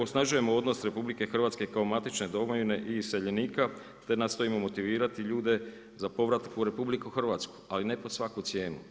Osnažujemo odnos RH kao matične domovine i iseljenika te nastojimo motivirati ljude za povratak u RH ali ne pod svaku cijenu.